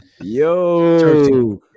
Yo